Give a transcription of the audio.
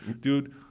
dude